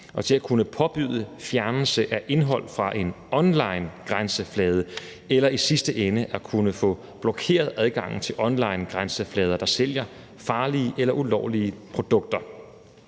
og til at kunne påbyde fjernelse af indhold fra en onlinegrænseflade eller i sidste ende at kunne få blokeret adgangen til onlinegrænseflader, hvor man sælger farlige eller ulovlige produkter.